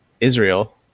Israel